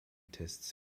tests